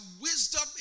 wisdom